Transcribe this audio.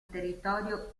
territorio